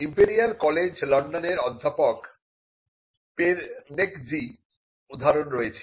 imperial College London এর অধ্যাপক Perneczky র উদাহরণ রয়েছে